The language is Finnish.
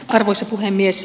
arvoisa puhemies